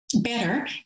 better